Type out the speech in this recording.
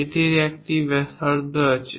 এবং এটি একটি ব্যাসার্ধ আছে